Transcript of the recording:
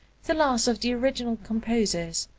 the last of the original composers,